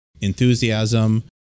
enthusiasm